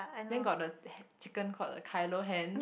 then got the that chicken called the Kylo-Hen